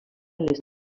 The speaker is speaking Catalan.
les